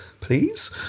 Please